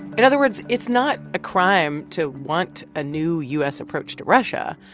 in other words, it's not a crime to want a new u s. approach to russia,